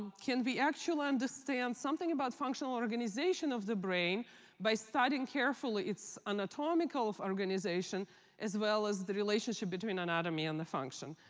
can we actually understand something about functional organization of the brain by studying carefully it's anatomical organization as well as the relationship between anatomy and the function?